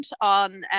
on